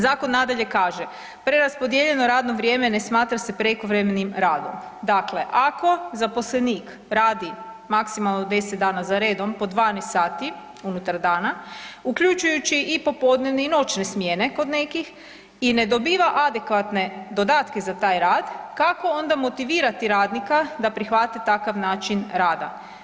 Zakon nadalje kaže: „Preraspodijeljeno radno vrijeme ne smatra se prekovremenim radom.“ Dakle, ako zaposlenik radi maksimalno 10 dana za redom po 12 sati unutar dana uključujući i popodnevne i noćne smjene kod nekih i ne dobiva adekvatne dodatke za taj rad, kako onda motivirati radnika da prihvate takav način rada?